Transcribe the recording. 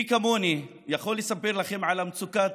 מי כמוני יכול לספר לכם על מצוקת